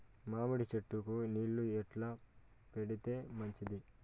మామిడి చెట్లకు నీళ్లు ఎట్లా పెడితే మంచిది?